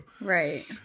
Right